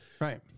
Right